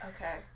Okay